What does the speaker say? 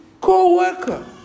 co-worker